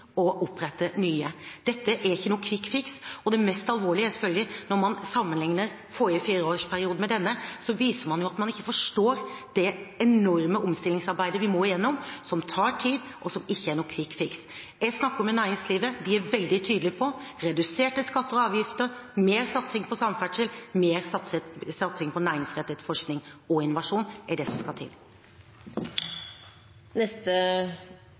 å opprette nye. Dette er ikke noe «quick fix», og det mest alvorlige er selvfølgelig at når man sammenligner forrige fireårsperiode med denne, viser man jo at man ikke forstår det enorme omstillingsarbeidet vi må igjennom, som tar tid, og som ikke er noe «quick fix». Jeg snakker med næringslivet. De er veldig tydelige på at reduserte skatter og avgifter, mer satsing på samferdsel, mer satsing på næringsrettet forskning og innovasjon er det som skal til.